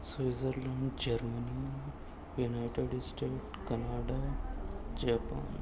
Switzerland Germany united state Canada Japan